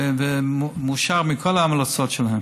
ומאושר מכל ההמלצות שלהם.